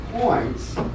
points